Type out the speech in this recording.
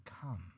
come